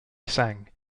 sang